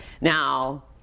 Now